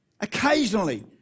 occasionally